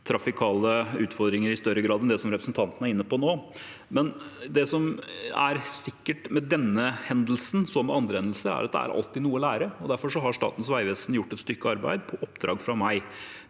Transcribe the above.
trafikale utfordringer i større grad enn det representanten er inne på nå. Det som er sikkert med denne hendelsen, som med andre hendelser, er at det alltid er noe å lære. Derfor har Statens vegvesen gjort et stykke arbeid på oppdrag fra meg.